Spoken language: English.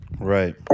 Right